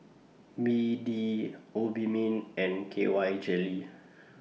B D Obimin and K Y Jelly